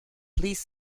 please